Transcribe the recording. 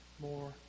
more